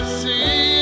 see